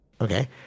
Okay